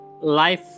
Life